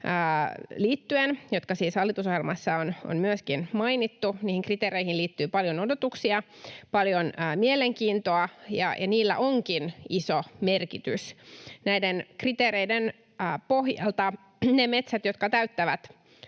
liittyen, jotka siis hallitusohjelmassa on myöskin mainittu. Niihin kriteereihin liittyy paljon odotuksia, paljon mielenkiintoa, ja niillä onkin iso merkitys. Näiden kriteereiden pohjalta ne metsät, jotka täyttävät